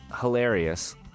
hilarious